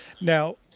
Now